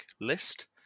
list